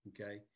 okay